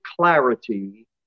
clarity